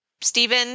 Stephen